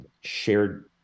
shared